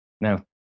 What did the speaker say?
No